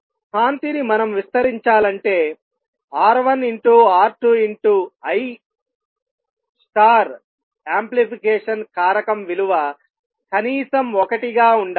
కాంతిని మనం విస్తరించాలంటే R1R2I యాంప్లిఫికేషన్ కారకం విలువ కనీసం ఒకటిగా ఉండాలి